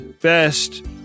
Best